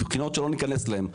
מהרבה מאוד בחינות שלא ניכנס לזה.